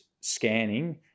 scanning